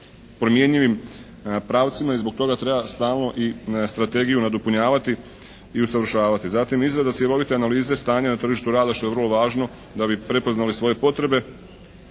promjenjivim pravcima. I zbog toga treba stalno i strategiju nadopunjavati i usavršavati. Zatim izrada cjelovite analize stanja na tržištu rada, što je vrlo važno da bi prepoznali svoje potrebe,